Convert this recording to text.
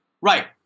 Right